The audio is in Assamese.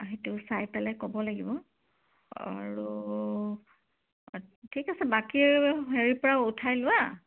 সেইটো চাই পেলাই ক'ব লাগিব আৰু ঠিক আছে বাকী হেৰিৰ পৰা উঠাই লোৱা